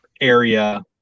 area